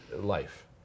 life